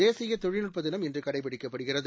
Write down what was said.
தேசிய தொழில்நுட்பதினம் இன்று கடைப்பிடிக்கப்படுகிறது